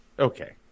Okay